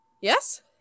yes